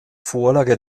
vorlage